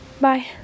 Bye